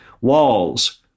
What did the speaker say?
walls